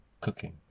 cooking